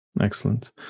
Excellent